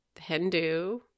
Hindu